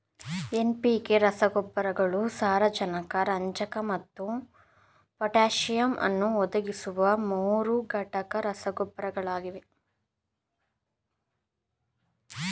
NPK ರಸಗೊಬ್ಬರಗಳು ಸಾರಜನಕ ರಂಜಕ ಮತ್ತು ಪೊಟ್ಯಾಸಿಯಮ್ ಅನ್ನು ಒದಗಿಸುವ ಮೂರುಘಟಕ ರಸಗೊಬ್ಬರಗಳಾಗಿವೆ